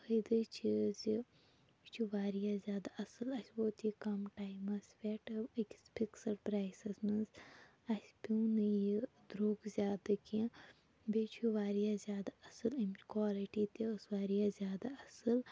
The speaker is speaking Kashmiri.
فٲیدٕ چھِ زِ یہِ چھُ واریاہ زیادٕ اصٕل اَسہِ ووت یہِ کم ٹایمَس پٮ۪ٹھ أکِس فکسٕڈ پرایسَس مَنٛز اَسہِ پیٚو نہٕ یہِ درٛوٚگ زیادٕ کینٛہہ بیٚیہِ چھُ واریاہ زیادٕ اصٕل امِچ کالٹی تہِ ٲسۍ واریاہ زیادٕ اصٕل